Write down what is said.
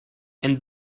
and